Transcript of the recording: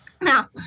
Now